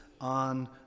on